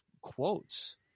quotes